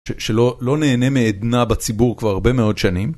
שלא נהנה מעדנה בציבור כבר הרבה מאוד שנים.